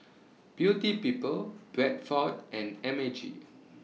Beauty People Bradford and M A G